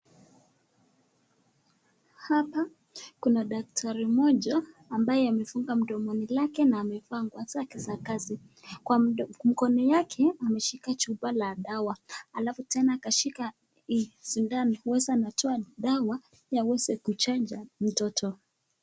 Hapa kuna daktari mmoja ambaye amefunga mdomini lake, na amevaa nguo zake za kazi. Kwa mkono yake ameshika chupa la dawa, alafu tena kashika hii sindano ndiposa anatoa dawa aweze kuchanja mtoto.